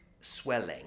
swelling